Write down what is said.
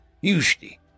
Usually